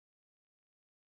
their rented house